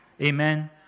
Amen